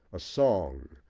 a song,